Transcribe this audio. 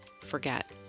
forget